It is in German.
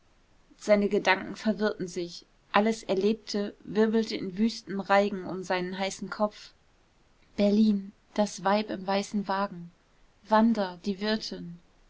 seine gedanken verwirrten sich alles erlebte wirbelte in wüstem reigen um seinen heißen kopf berlin das weib im weißen wagen wanda die wirtin